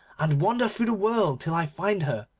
and wander through the world till i find her,